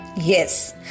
yes